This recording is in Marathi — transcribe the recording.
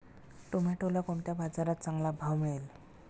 टोमॅटोला कोणत्या बाजारात चांगला भाव मिळेल?